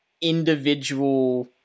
individual